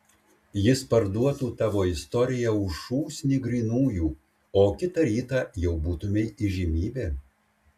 jis parduotų tavo istoriją už šūsnį grynųjų o kitą rytą jau būtumei įžymybė